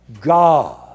God